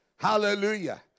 Hallelujah